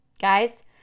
guys